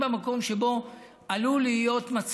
זה דבר שאין לו אח ורע,